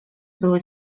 były